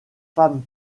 femme